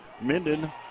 Minden